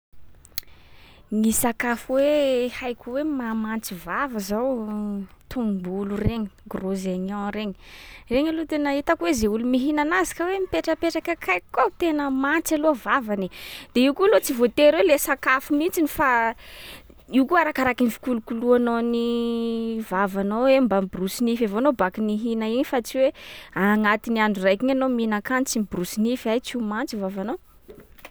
Ny sakafo hoe haiko hoe mahamantsy vava zao: tombolo regny, gros oignon regny. Regny aloha tena hitako hoe zay olo mihina anazy ka hoe mipetrapetraka akaikiko eo, tena mantsy aloha vavany e. De io koa loha tsy voatery hoe le sakafo mihitsiny, fa io koa arakaraky ny fikolokoloanao ny vavanao hoe mba miborosy nify avao nao baka nihina iny fa tsy hoe agnatin’ny andro raiky iny anao mihinan-kany tsy miborosy nify, ay tsy ho mantsy vavanao.